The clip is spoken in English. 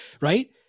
right